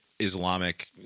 islamic